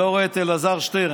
אני לא רואה את אלעזר שטרן.